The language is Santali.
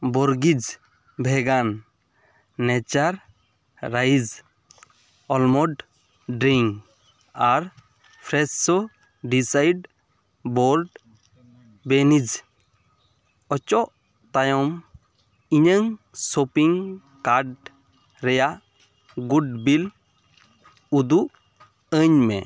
Borges vegan natural rice almond drink ᱟᱨ ᱯᱷᱨᱮᱥᱳ ᱰᱟᱭᱤᱥᱰ ᱵᱨᱚᱰ ᱵᱤᱱᱥ ᱚᱪᱚᱜ ᱛᱟᱭᱚᱢ ᱤᱧᱟᱹᱜ ᱥᱚᱯᱤᱝ ᱠᱟᱨᱰ ᱨᱮᱱᱟᱜ ᱜᱩᱴ ᱵᱤᱞ ᱩᱫᱩᱜ ᱟᱹᱧ ᱢᱮ